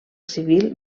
civil